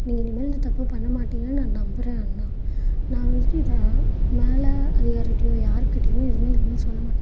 நீங்கள் இனிமேல் இந்த தப்பு பண்ண மாட்டீங்கன்னு நான் நம்புகிறேன் அண்ணா நான் வந்துவிட்டு இதை மேல் அதிகாரிக்கிட்டேயோ யாருக்கிட்டேயுமே எதுவுமே எதுவுமே சொல்லமாட்டேன்